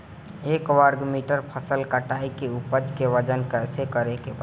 एक वर्ग मीटर फसल कटाई के उपज के वजन कैसे करे के बा?